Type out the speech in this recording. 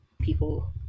people